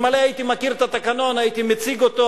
אלמלא הייתי מכיר את התקנון הייתי מציג אותו.